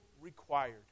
required